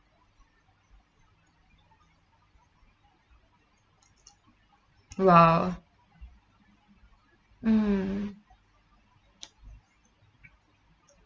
!wow! mm